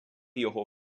його